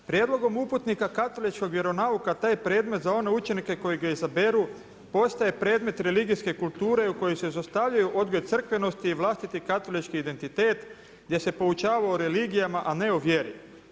Prijedlogom uputnika katoličkog vjeronauka taj predmet za one učenike koji ga izaberu postaje predmet religijske kulture u kojoj se izostavljaju odgoj crkvenosti i vlastiti katolički identitet gdje se poučava o religijama, a ne o vjeri“